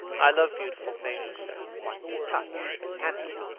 i love beautiful things that one can touch and handle.